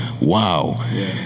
wow